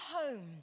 home